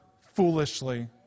foolishly